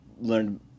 learned